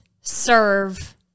serve